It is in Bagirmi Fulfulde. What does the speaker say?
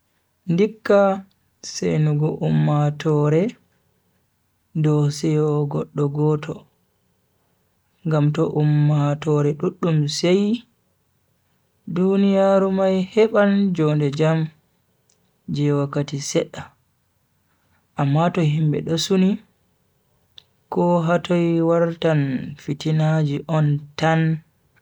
Ndikka seinugo umaatore dow seyo goddo goto. Ngam to ummatoore duddum seyi, duniyaaru mai heban jonde jam je wakkati sedda amma to himbe do suni ko hatoi wartan fitinaji on tan.